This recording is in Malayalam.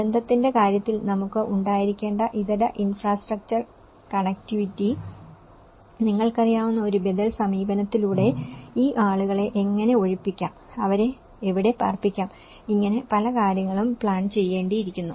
ദുരന്തത്തിന്റെ കാര്യത്തിൽ നമുക്ക് ഉണ്ടായിരിക്കേണ്ട ഇതര ഇൻഫ്രാസ്ട്രക്ചർ കണക്റ്റിവിറ്റി നിങ്ങൾക്കറിയാവുന്ന ഒരു ബദൽ സമീപനത്തിലൂടെ ഈ ആളുകളെ എങ്ങനെ ഒഴിപ്പിക്കാം അവരെ എവിടെ പാർപ്പിക്കാം ഇങ്ങനെ പല കാര്യങ്ങളും പ്ലാൻ ചെയ്യേണ്ടിയിയ്ക്കുന്നു